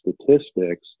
statistics